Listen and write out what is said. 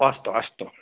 अस्तु अस्तु